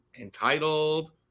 entitled